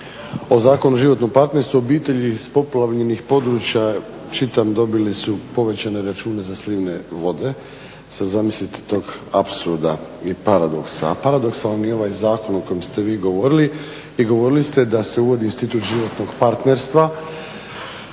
o Zakonu o životnom partnerstvu, obitelji s poplavljenih područja čitam dobili su povećane račune za slivne vode. Sad zamislite tog apsurda i paradoksa, a paradoksalan je i ovaj zakon o kojem ste vi govorili. I govorili ste da se uvodi institut životnog partnerstva,